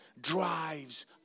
drives